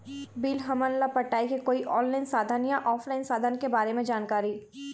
Bill हमन ला पटाए के कोई ऑनलाइन साधन या ऑफलाइन साधन के बारे मे जानकारी?